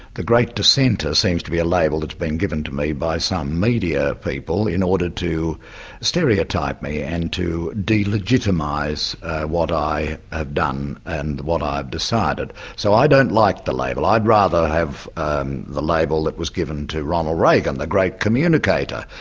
the great dissenter seems to be a label that's been given to me by some media people, in order to stereotype me and to de-legitimise what i have done and what i've decided. so i don't like the label i'd rather have the label that was given to ronald reagan, the great communicator,